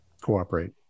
cooperate